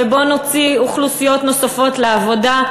ובואו נוציא אוכלוסיות נוספות לעבודה.